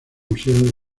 museo